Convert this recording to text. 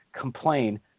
complain